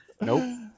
Nope